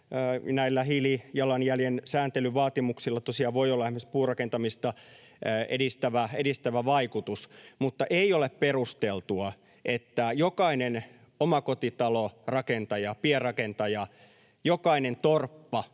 hiilijalanjäljen sääntelyvaatimuksilla tosiaan voi olla esimerkiksi puurakentamista edistävä vaikutus — mutta ei ole perusteltua, että jokainen omakotitalorakentaja ja pienrakentaja, jokainen torppa,